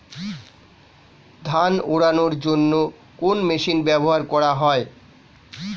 ধান উড়ানোর জন্য কোন মেশিন ব্যবহার করা হয়?